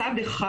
מצד אחד,